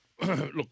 look